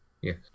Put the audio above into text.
Yes